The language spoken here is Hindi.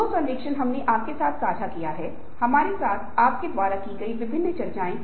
ये गतिविधियाँ डोपामाइन को बढ़ाती हैं और मस्तिष्क की उम्र बढ़ने से बचाती हैं